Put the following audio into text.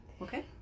Okay